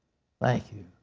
thank you.